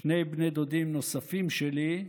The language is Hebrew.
שני בני דודים נוספים שלי,